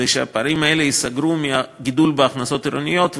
כדי שהפערים האלה ייסגרו מהגידול בהכנסות העירוניות,